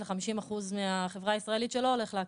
ל-50% מהחברה הישראלית שלא הולך לאקדמיה.